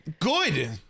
good